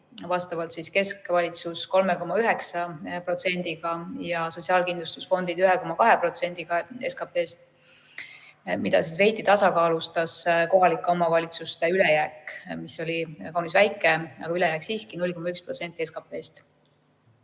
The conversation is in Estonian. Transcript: vastavalt keskvalitsus 3,9%‑ga ja sotsiaalkindlustusfondid 1,2%‑ga SKP‑st, mida veidi tasakaalustas kohalike omavalitsuste ülejääk, mis oli kaunis väike, aga ülejääk siiski, 0,1% SKP‑st.